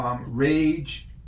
rage